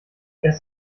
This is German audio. erst